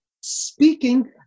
speaking